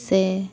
ᱥᱮ